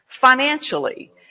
financially